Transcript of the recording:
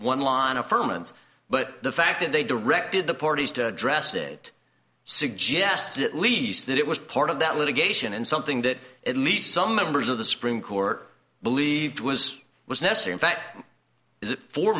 and but the fact that they directed the parties to address it suggests at least that it was part of that litigation and something that at least some members of the supreme court believed was was necessary in fact is it fo